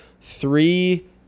three